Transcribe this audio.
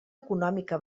econòmica